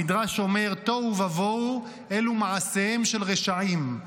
המדרש אומר: תוהו ובוהו אלו מעשיהם של רשעים,